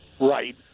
right